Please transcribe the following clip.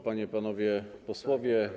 Panie i Panowie Posłowie!